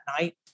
night